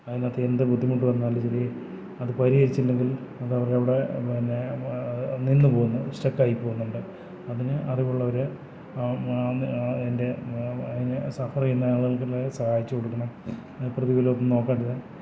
അതിനകത്തെന്തു ബുദ്ധിമുട്ട് വന്നാലും ശരി അതു പരിഹരിച്ചില്ലെങ്കിൽ അതവരവിടെ പിന്നെ അതു നിന്നു പോകുന്നു സ്റ്റക്കായിപ്പോകുന്നുണ്ട് അതിന് അറിവുള്ളവർ അതിൻ്റെ അതിനെ സഫർ ചെയ്യുന്നയാളുകൾക്കുള്ള സഹായിച്ചു കൊടുക്കണം അതിനു പ്രതിഫലമൊന്നും നോക്കരുത്